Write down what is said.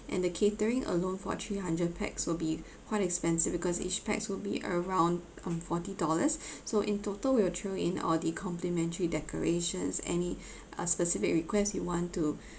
and the catering alone for three hundred pax will be quite expensive because each pax would be around um forty dollars so in total we will throw in all the complimentary decorations any uh specific request you want to